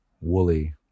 woolly